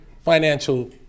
financial